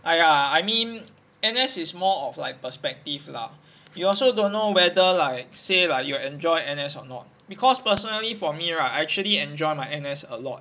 !aiya! I mean N_S is more of like perspective lah you also don't know whether like say like you will enjoy N_S or not because personally for me right I actually enjoy my N_S a lot